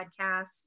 podcast